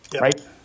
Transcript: right